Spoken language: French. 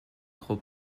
trop